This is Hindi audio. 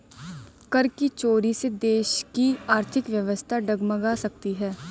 कर की चोरी से देश की आर्थिक व्यवस्था डगमगा सकती है